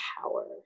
power